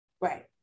Right